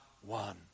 one